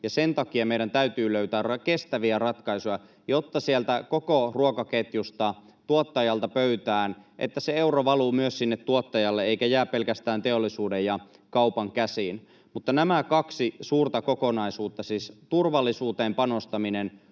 Sen takia meidän täytyy löytää kestäviä ratkaisuja, jotta koko ruokaketjusta, tuottajalta pöytään, se euro valuu myös sinne tuottajalle eikä jää pelkästään teollisuuden ja kaupan käsiin. Nämä kaksi suurta kokonaisuutta — siis turvallisuuteen panostaminen